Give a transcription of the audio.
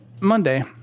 Monday